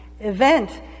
event